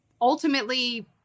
ultimately